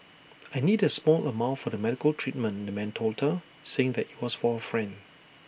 I need A small amount for the medical treatment the man told her saying that IT was for A friend